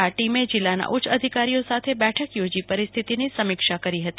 આ ટીમે જિલ્લાના ઉચ્ચ અધિકારીઓ સાથે બેઠક યોજી પરિસ્થિતીની સમીક્ષા કરી હતી